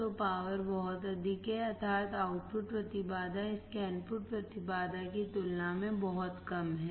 तो पावर बहुत अधिक है अर्थात आउटपुट प्रतिबाधा इसके इनपुट प्रतिबाधा की तुलना में बहुत कम है